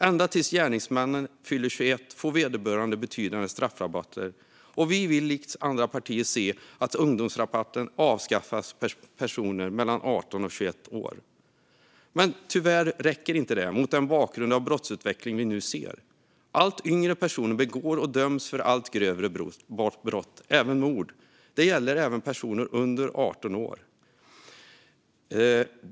Ända tills gärningsmännen fyller 21 får vederbörande betydande straffrabatter, och vi vill likt andra partier se att ungdomsrabatten avskaffas för personer mellan 18 och 21 år. Men tyvärr räcker inte detta mot bakgrund av den brottsutveckling vi nu ser. Allt yngre personer begår och döms för allt grövre brott, även mord. Det gäller även personer under 18 år.